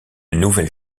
nouvelle